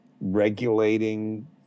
regulating